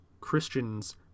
Christians